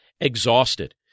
exhausted